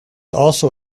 also